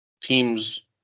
teams